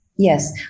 Yes